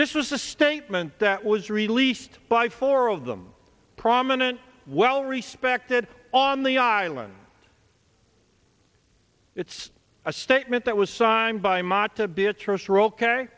this was a statement that was released by four of them prominent well respected on the island it's a statement that was signed by